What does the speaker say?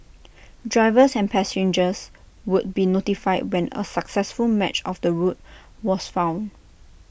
drivers and passengers would be notified when A successful match of the route was found